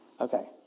Okay